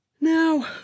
now